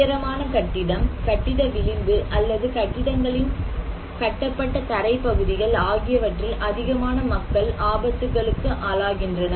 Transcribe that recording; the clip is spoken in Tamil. உயரமான கட்டிடம் கட்டிட விளிம்பு அல்லது கட்டிடங்களின் கட்டப்பட்ட தரை பகுதிகள் ஆகியவற்றில் அதிகமான மக்கள் ஆபத்துக்களுக்கு ஆளாகின்றனர்